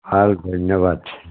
ভাল ধন্যবাদ